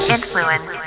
Influence